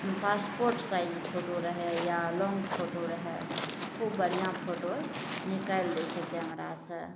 passport size photo रहय या long photo रहय खूब बढ़िआँ फोटो निकालि दै छै कैमरासँ